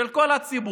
של כל הציבור,